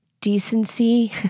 decency